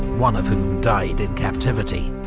one of whom died in captivity.